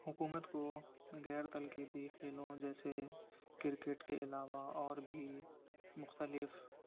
حکومت کو غیر تنقیدی کھیلوں جیسے کرکٹ کے علاوہ اور بھی مختلف